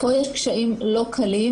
פה יש קשיים לא קלים,